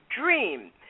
dream